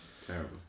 Terrible